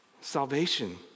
Salvation